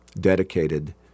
dedicated